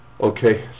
Okay